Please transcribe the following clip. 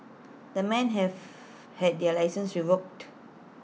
the men have had their licences revoked